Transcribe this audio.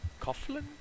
Coughlin